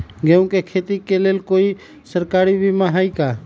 गेंहू के खेती के लेल कोइ सरकारी बीमा होईअ का?